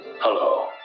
Hello